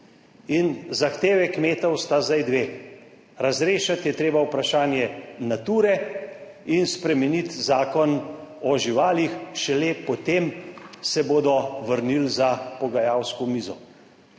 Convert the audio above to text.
In zahteve kmetov sta zdaj dve. Razrešiti je treba vprašanje Nature in spremeniti Zakon o živalih, šele potem se bodo vrnili za pogajalsko mizo.